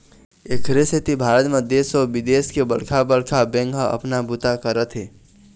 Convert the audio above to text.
एखरे सेती भारत म देश अउ बिदेश के बड़का बड़का बेंक ह अपन बूता करत हे